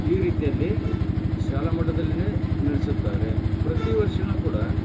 ಈ ರೀತಿಯಲ್ಲಿ ಶಾಲಾ ಮಟ್ಟದಲ್ಲಿನೇ ನಡೆಸುತ್ತಾರೆ ಪ್ರತೀ ವರ್ಷನು ಕೂಡ